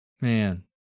Man